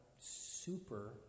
super